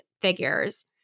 figures